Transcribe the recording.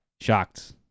shocked